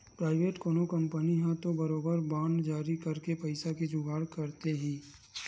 private कोनो company ह तो बरोबर बांड जारी करके पइसा के जुगाड़ करथे ही